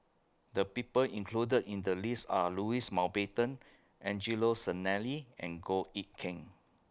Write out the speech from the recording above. The People included in The list Are Louis Mountbatten Angelo Sanelli and Goh Eck Kheng